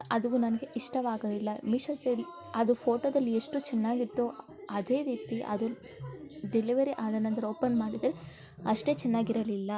ಅದುಗು ನನಗೆ ಇಷ್ಟವಾಗಲಿಲ್ಲ ಮಿಶೋದಲ್ಲಿ ಅದು ಫೋಟೋದಲ್ಲಿ ಎಷ್ಟು ಚೆನ್ನಾಗಿತ್ತೋ ಅದೇ ರೀತಿ ಅದು ಡೆಲವರಿ ಆದ ನಂತರ ಓಪನ್ ಮಾಡಿದರೆ ಅಷ್ಟೇ ಚೆನ್ನಾಗಿರಲಿಲ್ಲ